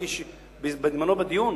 שהייתי בזמני בדיון,